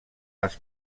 les